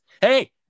Hey